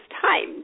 time